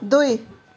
दुई